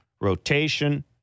Rotation